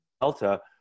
delta